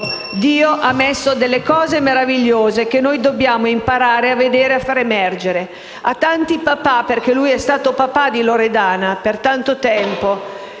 Dio ha messo delle cose meravigliose che noi dobbiamo imparare a vedere e far emergere». A tanti papà (perché lui è stato papà di Loredana per tanto tempo)